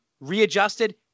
readjusted